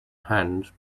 hand